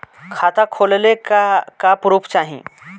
खाता खोलले का का प्रूफ चाही?